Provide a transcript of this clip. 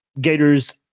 Gators